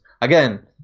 Again